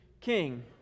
king